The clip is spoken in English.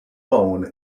phone